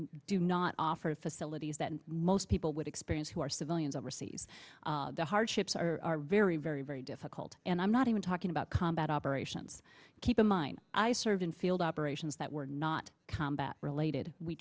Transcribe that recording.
do not offer facilities that most people would experience who are civilians overseas the hardships are very very very difficult and i'm not even talking about combat operations keep in mind i served in field operations that were not combat related we